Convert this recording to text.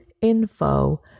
info